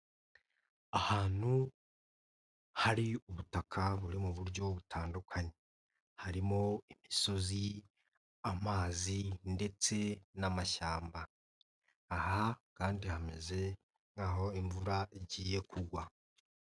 Ahantu hari ubutaka buri mu buryo butandukanye harimo imisozi, amazi ndetse n'amashyamba, aha kandi hameze nk'aho imvura igiye kugwa.